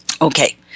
Okay